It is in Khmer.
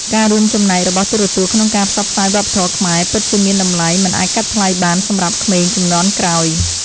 ការរួមចំណែករបស់ទូរទស្សន៍ក្នុងការផ្សព្វផ្សាយវប្បធម៌ខ្មែរពិតជាមានតម្លៃមិនអាចកាត់ថ្លៃបានសម្រាប់ក្មេងជំនាន់ក្រោយ។